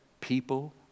people